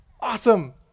Awesome